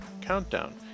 countdown